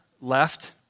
left